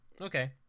Okay